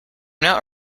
not